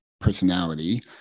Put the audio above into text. personality